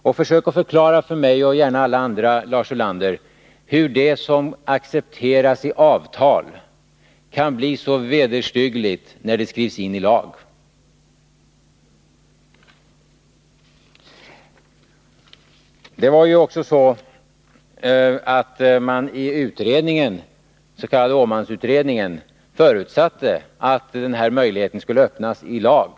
Försök, Lars Ulander, förklara för mig och gärna för alla andra hur det som accepteras i avtal kan bli så vederstyggligt när det skrivs in i lag! I den s.k. Åmanutredningen förutsattes dessutom att möjligheten till provanställning skulle öppnas i lag.